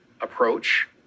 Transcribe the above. approach